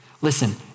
Listen